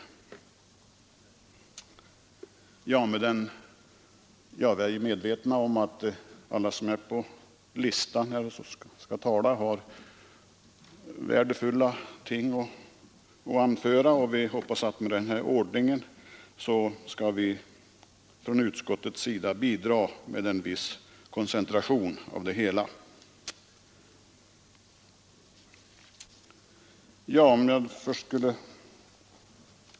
Vi är medvetna om att alla på listan har värdefulla ting att anföra, och vi hoppas att vi med den här ordningen kan bidra från utskottets sida till en viss koncentration.